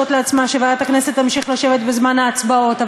לעצמה שוועדת הכנסת תמשיך לשבת בזמן ההצבעות,